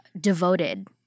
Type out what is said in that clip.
devoted